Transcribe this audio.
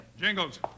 Jingles